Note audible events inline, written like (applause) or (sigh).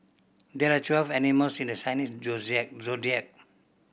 there are twelve animals in the Chinese (unintelligible) Zodiac